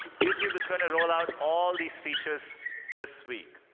youtube is going to roll out all these features this week.